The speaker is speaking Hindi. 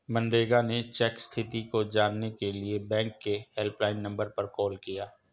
मांगेराम ने चेक स्थिति को जानने के लिए बैंक के हेल्पलाइन नंबर पर कॉल किया